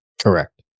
Correct